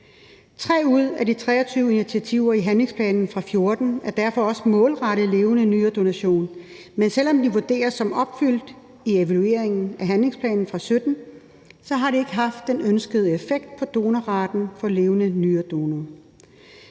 3 ud af de 23 initiativer i handlingsplanen fra 2014 er derfor også målrettet levende nyredonation, men selv om de vurderes som opfyldt i evalueringen af handlingsplanen fra 2017, har det ikke haft den ønskede effekt på donorraten for levende nyredonorer.